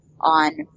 on